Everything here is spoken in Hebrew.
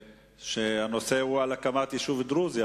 שהנושא הוא הקמת יישוב דרוזי.